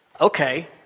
okay